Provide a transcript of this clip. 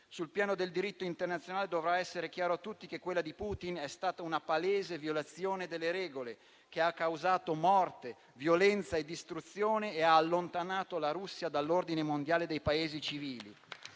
Sul piano del diritto internazionale dovrà essere chiaro a tutti che quella di Putin è stata una palese violazione delle regole, che ha causato morte, violenza e distruzione e ha allontanato la Russia dall'ordine mondiale dei Paesi civili.